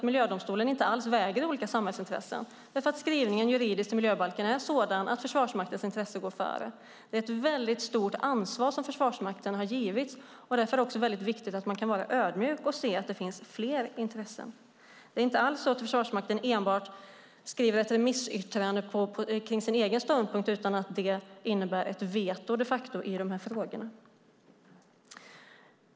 Miljödomstolen väger inte alls olika samhällsintressen mot varandra, för den skrivningen, juridiskt, i miljöbalken är sådan att Försvarsmaktens intressen går före. Det är ett väldigt stort ansvar man har gett Försvarsmakten, och därför är det också väldigt viktigt att man kan var ödmjuk och se att det finns fler intressen. Det är inte alls så att Försvarsmakten enbart skriver ett remissyttrande kring sin egen ståndpunkt; det innebär de facto ett veto i de här frågorna.